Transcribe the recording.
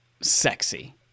sexy